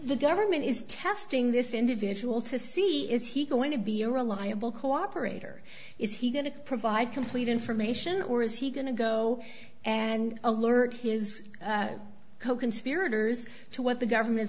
the government is testing this individual to see is he going to be a reliable cooperate or is he going to provide complete information or is he going to go and alert his coconspirators to what the government is